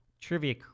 trivia